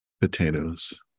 potatoes